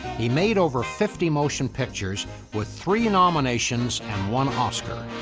he made over fifty motion pictures with three nominations and one oscar.